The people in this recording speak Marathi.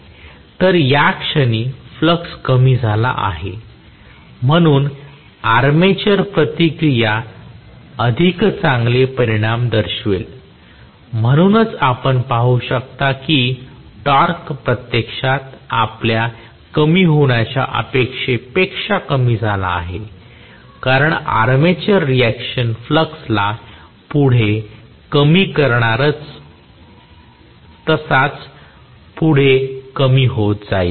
तर या क्षणी फ्लक्स कमी झाला आहे म्हणून आर्मेचर प्रतिक्रिया अधिक चांगले परिणाम दर्शवेल म्हणूनच आपण पाहू शकता की टॉर्क प्रत्यक्षात आपल्या कमी होण्याच्या अपेक्षेपेक्षा कमी झाला आहे कारण आर्मेचर रिएक्शन फ्लक्सला पुढे कमी करणार तसाच पुढे कमी होत जाईल